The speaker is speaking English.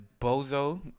bozo